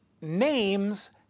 names